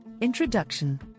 Introduction